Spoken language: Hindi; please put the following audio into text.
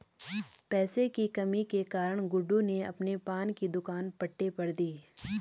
पैसे की कमी के कारण गुड्डू ने अपने पान की दुकान पट्टे पर दी